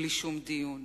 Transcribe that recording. בלי שום דיון,